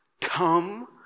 come